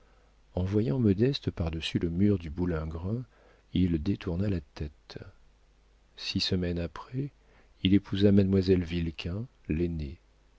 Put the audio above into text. en voyant modeste par-dessus le mur du boulingrin il détourna la tête six semaines après il épousa mademoiselle vilquin l'aînée